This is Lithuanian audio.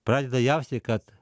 pradeda jausti kad